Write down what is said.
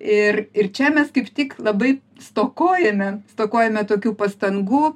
ir ir čia mes kaip tik labai stokojame stokojame tokių pastangų